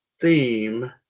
theme